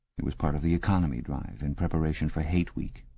it was part of the economy drive in preparation for hate week.